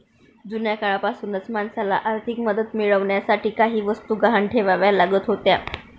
जुन्या काळापासूनच माणसाला आर्थिक मदत मिळवण्यासाठी काही वस्तू गहाण ठेवाव्या लागत होत्या